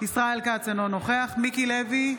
ישראל כץ, אינו נוכח מיקי לוי,